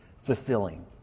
fulfilling